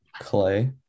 Clay